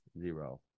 Zero